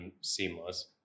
seamless